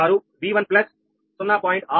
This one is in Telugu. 386V1 plus 0